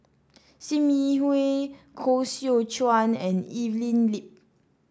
Sim Yi Hui Koh Seow Chuan and Evelyn Lip